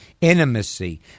intimacy